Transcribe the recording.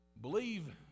Believe